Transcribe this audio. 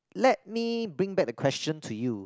let me bring back the question to you